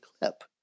clip